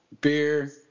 beer